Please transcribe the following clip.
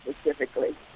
specifically